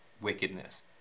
wickedness